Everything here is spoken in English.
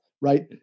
right